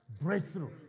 breakthrough